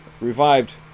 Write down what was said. revived